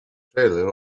trailer